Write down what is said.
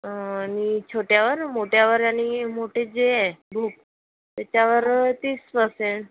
आणि छोट्यावर मोठ्यावर आणि मोठे जे ये बूक त्याच्यावर तीस परसेन